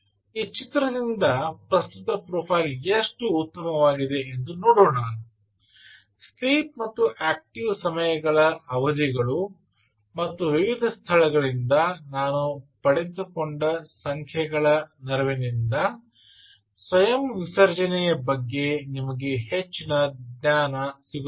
ಈ ಚಿತ್ರದಿಂದ ಪ್ರಸ್ತುತ ಪ್ರೊಫೈಲ್ ಎಷ್ಟು ಉತ್ತಮವಾಗಿದೆ ಎಂದು ನೋಡೋಣ ಸ್ಲೀಪ್ ಮತ್ತು ಆಕ್ಟಿವ್ ಸಮಯಗಳ ಅವಧಿಗಳು ಮತ್ತು ವಿವಿಧ ಸ್ಥಳಗಳಿಂದ ನಾನು ಪಡೆದುಕೊಂಡ ಸಂಖ್ಯೆಗಳ ನೆರವಿನಿಂದ ಸ್ವಯಂ ವಿಸರ್ಜನೆಯ ಬಗ್ಗೆ ನಿಮಗೆ ಹೆಚ್ಚಿನ ಜ್ಞಾನ ಸಿಗುತ್ತದೆ